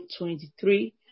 23